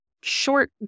short